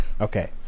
Okay